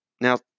Now